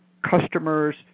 customers